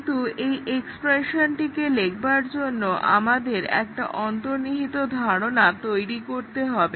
কিন্তু এই এক্সপ্রেশনটিকে লিখবার জন্য আমাদের একটা অন্তর্নিহিত ধারণা তৈরি করে নিতে হবে